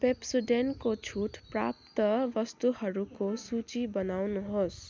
पेप्सोडेन्टको छुट प्राप्त वस्तुहरूको सूची बनाउनुहोस्